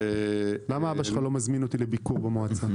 למה אבא שלך לא מזמין אותי לביקור במועצה?